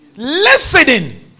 Listening